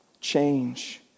change